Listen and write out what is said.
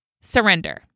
surrender